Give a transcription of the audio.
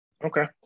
Okay